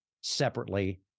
separately